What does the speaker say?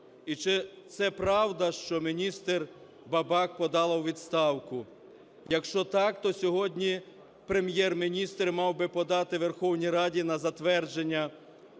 І чи це правда, що міністр Бабак подала у відставку? Якщо так, то сьогодні Прем'єр-міністр мав би подати Верховній Раді на затвердження